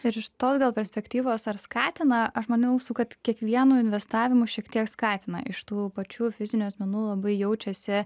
ir iš tos gal perspektyvos ar skatina aš maniau su kad kiekvienu investavimu šiek tiek skatina iš tų pačių fizinių asmenų labai jaučiasi